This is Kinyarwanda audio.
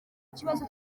ikibazo